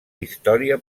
història